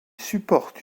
supporte